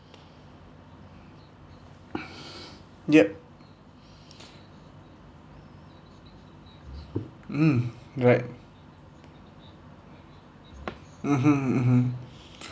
yup mm right mmhmm mmhmm